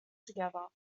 together